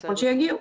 ככל שיגיעו.